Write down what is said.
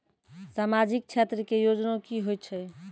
समाजिक क्षेत्र के योजना की होय छै?